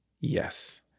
Yes